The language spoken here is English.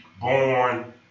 born